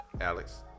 Alex